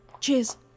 Cheers